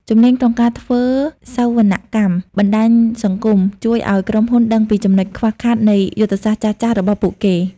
ជំនាញក្នុងការធ្វើសវនកម្មបណ្តាញសង្គម ជួយឱ្យក្រុមហ៊ុនដឹងពីចំណុចខ្វះខាតនៃយុទ្ធសាស្ត្រចាស់ៗរបស់ពួកគេ។